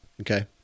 Okay